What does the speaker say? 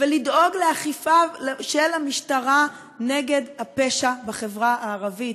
ולדאוג לאכיפה של המשטרה נגד הפשע בחברה הערבית,